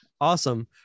Awesome